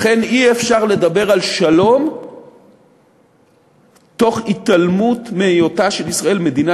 לכן אי-אפשר לדבר על שלום תוך התעלמות מהיותה של ישראל מדינה